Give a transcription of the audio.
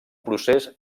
procés